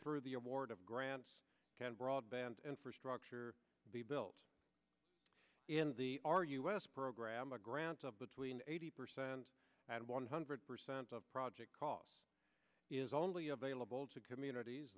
through the award of grants can broadband infrastructure be built in the our us program a grant of between eighty percent had one hundred percent of project cost is only available to communities